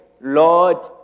Lord